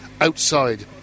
outside